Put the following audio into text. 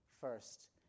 first